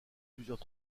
plusieurs